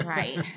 right